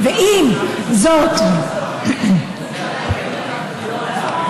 סליחה, הצעת החוק שלי אומרת